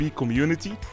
community